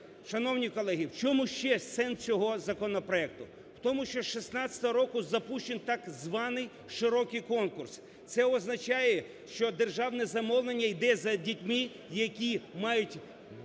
Шановні колеги, в чому ще сенс цього законопроекту? В тому, що 2016 року запущений так званий широкий конкурс. Це означає, що державне замовлення йде за дітьми, які мають